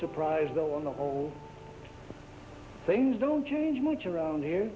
surprised though on the whole things don't change much around here